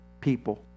people